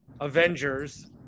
avengers